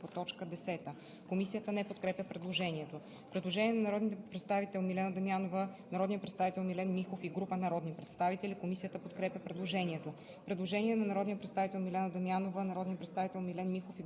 Комисията не подкрепя предложението.